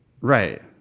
Right